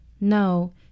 No